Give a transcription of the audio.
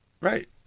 Right